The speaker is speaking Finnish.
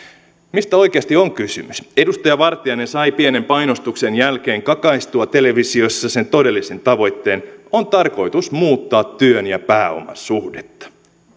mistä oikeasti on kysymys edustaja vartiainen sai pienen painostuksen jälkeen kakaistua televisiossa sen todellisen tavoitteen on tarkoitus muuttaa työn ja pääoman suhdetta